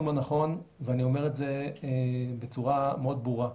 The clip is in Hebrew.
ואני אומר את זה בצורה מאוד ברורה.